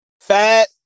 fat